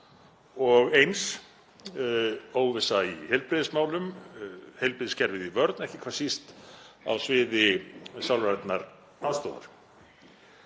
og óvissa í heilbrigðismálum, heilbrigðiskerfið í vörn, ekki hvað síst á sviði sálrænnar aðstoðar.